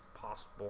possible